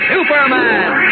Superman